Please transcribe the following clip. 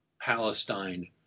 Palestine